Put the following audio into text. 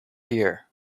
here